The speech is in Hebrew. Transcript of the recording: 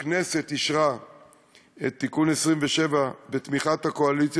הכנסת אישרה את תיקון 27 בתמיכת הקואליציה